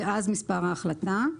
אז מספר ההחלטה.